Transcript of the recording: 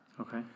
Okay